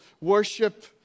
worship